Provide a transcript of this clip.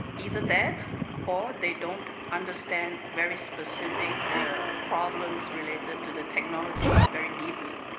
either that or they don't understand very specific problems related to the technology very deeply.